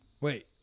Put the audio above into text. Wait